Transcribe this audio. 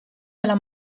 della